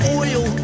oil